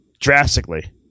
Drastically